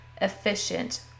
efficient